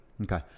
Okay